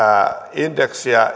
indeksiä